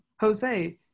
Jose